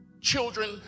children